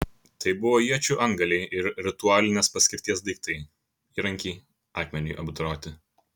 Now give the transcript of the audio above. tai buvo iečių antgaliai ir ritualinės paskirties daiktai įrankiai akmeniui apdoroti